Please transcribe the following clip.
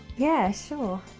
yeah sure!